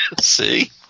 see